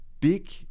big